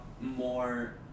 more